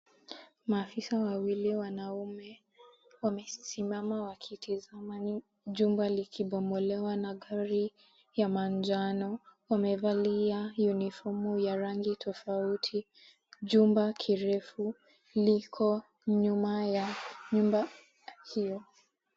Maafisa wawili wanaume wamesimama wakitizama jumba likibomolewa na gari ya manjano. Wamevalia uniform ya rangi tofauti. Jumba kirefu liko nyuma ya nyumba hio.